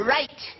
Right